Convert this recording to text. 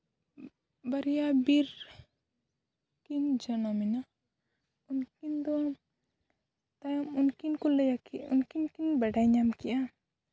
ᱵᱟᱨᱭᱟ ᱵᱤᱨ ᱠᱤᱱ ᱡᱟᱱᱟᱢᱮᱱᱟ ᱩᱱᱠᱤᱱ ᱫᱚ ᱛᱟᱭᱚᱢ ᱩᱱᱠᱤᱱ ᱠᱚ ᱞᱟᱹᱭ ᱟᱹᱠᱤᱱ ᱩᱱᱠᱤᱱ ᱠᱤᱱ ᱵᱟᱰᱟᱭ ᱧᱟᱢ ᱠᱮᱜᱼᱟ